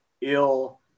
ill